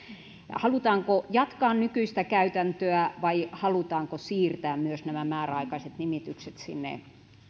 halutaanko jatkaa nykyistä käytäntöä vai halutaanko siirtää myös määräaikaiset nimitykset